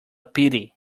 pity